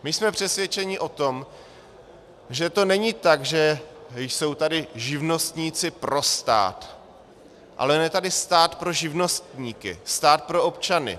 My jsme přesvědčeni o tom, že to není tak, že jsou tady živnostníci pro stát, ale on je tady stát pro živnostníky, stát pro občany.